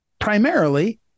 primarily